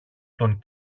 τον